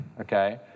okay